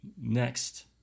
next